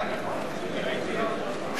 אי-אמון בממשלה לא נתקבלה.